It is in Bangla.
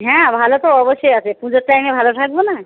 হ্যাঁ ভালো তো অবশ্যই আছি পুজোর টাইমে ভালো থাকবো না